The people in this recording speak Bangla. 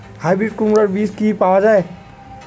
হাইব্রিড কুমড়ার বীজ কি পাওয়া য়ায়?